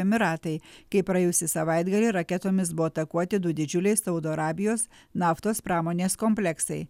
emyratai kai praėjusį savaitgalį raketomis buvo atakuoti du didžiuliai saudo arabijos naftos pramonės kompleksai